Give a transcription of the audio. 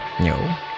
No